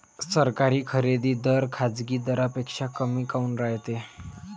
सरकारी खरेदी दर खाजगी दरापेक्षा कमी काऊन रायते?